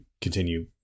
continue